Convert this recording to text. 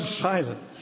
silence